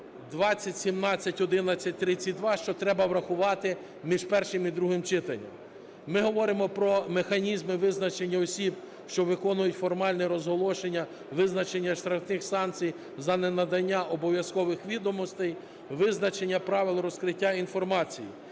2017/1132, що треба врахувати між першим і другим читанням. Ми говоримо про механізми визначення осіб, що виконують формальне розголошення визначення штрафних санкцій за ненадання обов'язкових відомостей, визначення правил розкриття інформації.